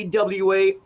AWA